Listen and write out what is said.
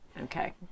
Okay